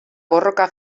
borroka